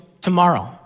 tomorrow